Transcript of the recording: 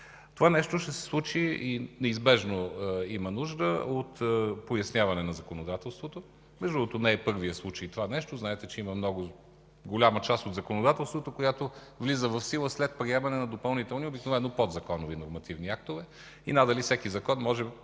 Това нещо ще се случи и неизбежно има нужда от поясняване на законодателството. Между другото, не е първият случай това нещо. Знаете, че има много голяма част от законодателството, която влиза в сила след приемане на допълнителни, обикновено подзаконови нормативни актове. И надали всеки закон може